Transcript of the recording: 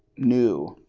new.